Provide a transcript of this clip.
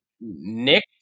Nick